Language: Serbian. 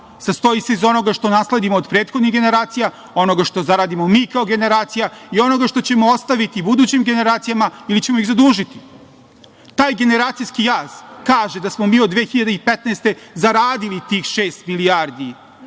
sastoji se iz onoga što nasledimo od prethodnih generacija, onoga što zaradimo mi kao generacija i onoga što ćemo ostaviti budućim generacijama ili ćemo ih zadužiti. Taj generacijski jaz kaže da smo mi od 2015. godine zaradili tih šest milijardi